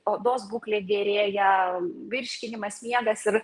odos būklė gerėja virškinimas miegas ir